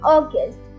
August